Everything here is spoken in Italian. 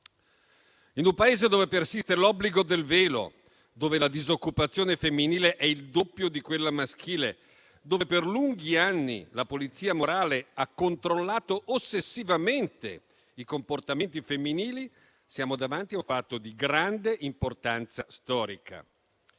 In un Paese dove persiste l'obbligo del velo, la disoccupazione femminile è il doppio di quella maschile e per lunghi anni la polizia morale ha controllato ossessivamente i comportamenti femminili, siamo davanti a un fatto di grande importanza storica: